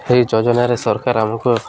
ଏହି ଯୋଜନାରେ ସରକାର ଆମକୁ